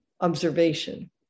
observation